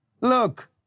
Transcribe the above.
Look